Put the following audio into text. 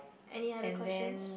any other questions